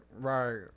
right